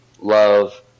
love